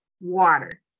water